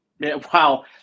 Wow